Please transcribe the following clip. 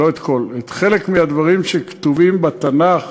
לא את כל חלק מהדברים שכתובים בתנ"ך